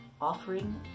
offering